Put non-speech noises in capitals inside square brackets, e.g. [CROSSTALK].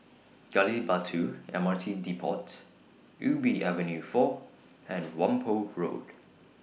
Gali Batu M R T Depot Ubi Avenue four and [NOISE] Whampoa Road